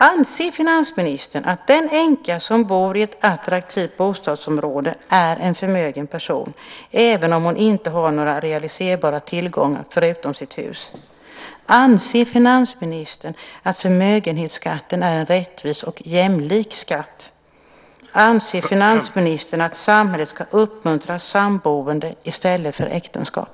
Anser finansministern att den änka som bor i ett attraktivt bostadsområde är en förmögen person även om hon inte har några realiserbara tillgångar förutom sitt hus? Anser finansministern att förmögenhetsskatten är en rättvis och jämlik skatt? Anser finansministern att samhället ska uppmuntra samboende i stället för äktenskap?